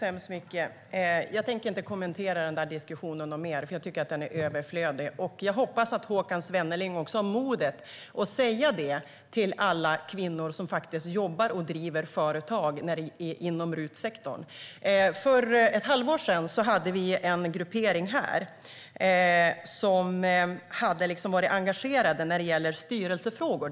Herr talman! Jag tänker inte kommentera den diskussionen mer, för jag tycker att den är överflödig. Jag hoppas att Håkan Svenneling också har modet att säga det till alla kvinnor som jobbar och driver företag inom RUT-sektorn. För ett halvår sedan fanns det en grupp här som var engagerad i styrelsefrågor.